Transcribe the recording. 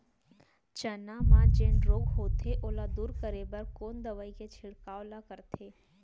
चना म जेन रोग होथे ओला दूर करे बर कोन दवई के छिड़काव ल करथे?